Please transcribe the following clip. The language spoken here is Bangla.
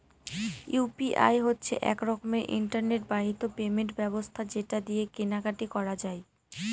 ইউ.পি.আই হচ্ছে এক রকমের ইন্টারনেট বাহিত পেমেন্ট ব্যবস্থা যেটা দিয়ে কেনা কাটি করা যায়